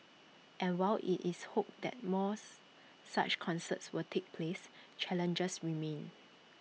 and while IT is hoped that mores such concerts will take place challenges remain